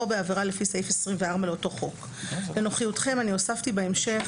או בעבירה לפי סעיף 24 לאותו חוק." לנוחיותכם אני הוספתי בהמשך,